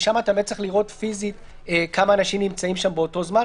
ששם אתה באמת צריך לראות פיזית כמה אנשים נמצאים שם באותו זמן.